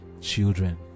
children